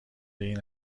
این